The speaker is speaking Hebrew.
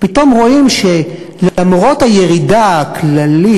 פתאום רואים שלמרות הירידה הכללית,